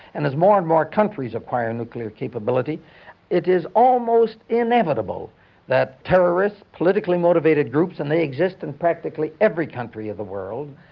and as more and more countries acquire nuclear capability it is almost inevitable that terrorists politically motivated groups, and they exist in practically every country of the world,